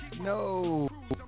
No